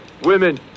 women